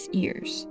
years